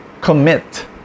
commit